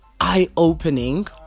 eye-opening